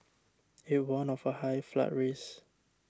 it warned of a high flood risk